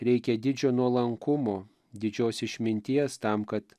reikia didžio nuolankumo didžios išminties tam kad